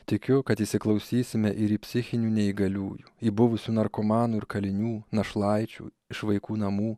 tikiu kad įsiklausysime ir psichinių neįgaliųjų į buvusių narkomanų ir kalinių našlaičių iš vaikų namų